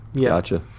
Gotcha